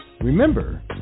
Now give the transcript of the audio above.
Remember